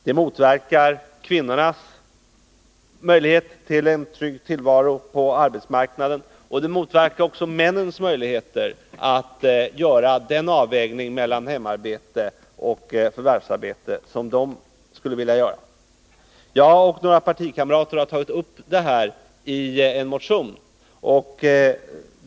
Det motverkar kvinnornas möjlighet till en trygg tillvaro på arbetsmarknaden, liksom också männens möjligheter att göra den avvägning mellan hemarbete och förvärvsarbete som de skulle vilja göra. Jag och några partikamrater har tagit upp den här saken i en motion.